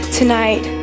tonight